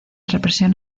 represión